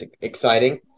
exciting